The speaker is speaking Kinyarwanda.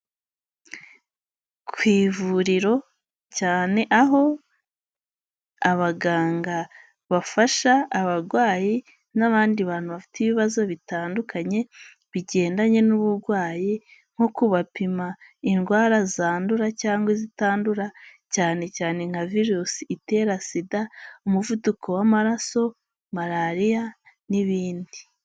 Ku ivuriro cyane, aho abaganga bafasha abarwayi n'abandi bantu bafite ibibazo bitandukanye, bigendanye n'uburwayi nko kubapima indwara zandura cyangwa zitandura cyane cyane nka: Virusi Itera SIDA, umuvuduko w'amaraso, malariya n'ibindi.